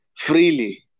Freely